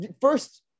first